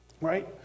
right